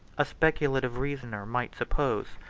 a speculative reasoner might suppose,